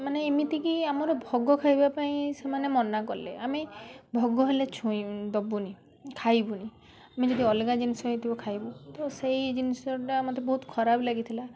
ମାନେ ଏମିତି କି ଆମର ଭୋଗ ଖାଇବା ପାଇଁ ସେମାନେ ମନା କଲେ ଆମେ ଭୋଗ ହେଲେ ଛୁଇଁ ଦେବୁନି ଖାଇବୁନି ଆମେ ଯଦି ଅଲଗା ଜିନିଷ ହେଇଥିବ ଖାଇବୁ ସେଇ ଜିନିଷଟା ମୋତେ ବହୁତ ଖରାପ ଲାଗିଥିଲା